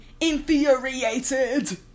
infuriated